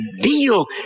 deal